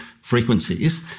frequencies